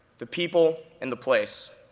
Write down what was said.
the people and the place,